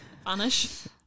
Spanish